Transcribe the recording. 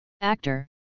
Actor